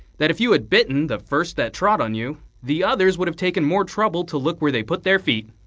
that if you had bitten the first that trod on you, the others would have taken more trouble to look where they put their feet.